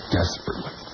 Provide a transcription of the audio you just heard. desperately